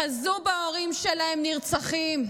חזו בהורים שלהם נרצחים,